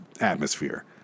atmosphere